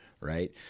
Right